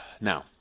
Now